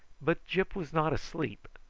but gyp was not asleep,